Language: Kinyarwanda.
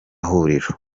huriro